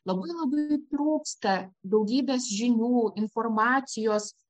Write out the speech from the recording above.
labai labai trūksta daugybės žinių informacijos